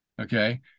Okay